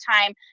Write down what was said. time